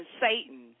Satan